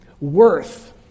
worth